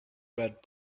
red